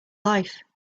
life